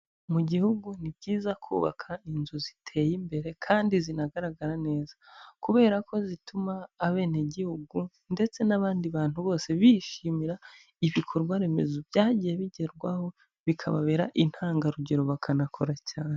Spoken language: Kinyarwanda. Mu gihugu, ni byiza kubaka inzu ziteye imbere, kandi zinagaragara neza, kubera ko zituma abenegihugu, ndetse n'abandi bantu bose bishimira ibikorwaremezo byagiye bigerwaho, bikababera intangarugero, bakanakora cyane.